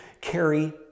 carry